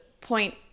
point